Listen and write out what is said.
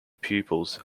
pupils